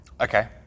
Okay